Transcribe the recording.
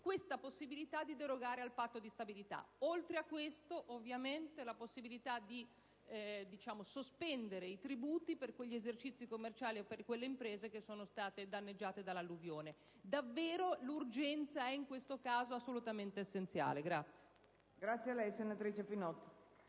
la possibilità di derogare al Patto di stabilità; oltre a questo, ovviamente, la possibilità di sospendere i tributi per quegli esercizi commerciali e quelle imprese che sono stati danneggiati dall'alluvione. Davvero l'urgenza è in questo caso assolutamente essenziale.